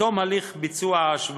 בתום הליך ההשוואה